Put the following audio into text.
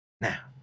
Now